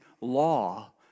law